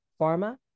pharma